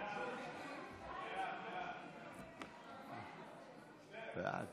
ההצעה להעביר את